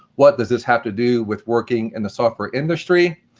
what does this have to do with working in the software industry?